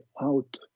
out